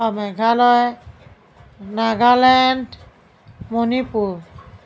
Meghalaya Nagaland Manipur